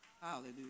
Hallelujah